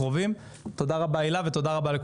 הישיבה ננעלה בשעה 11:05.